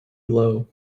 low